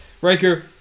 Riker